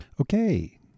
Okay